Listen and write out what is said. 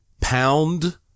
pound